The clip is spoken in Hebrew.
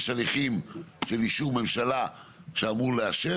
יש הליכים של אישור ממשלה שאמורים לאשר